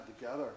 together